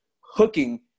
hooking